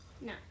no